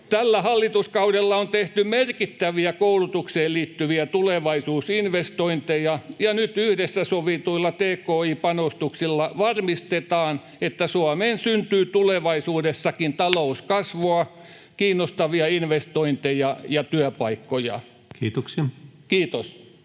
Tällä hallituskaudella on tehty merkittäviä koulutukseen liittyviä tulevaisuusinvestointeja, ja nyt yhdessä sovituilla tki-panostuksilla varmistetaan, että Suomeen syntyy tulevaisuudessakin talouskasvua, kiinnostavia investointeja ja työpaikkoja. — Kiitos.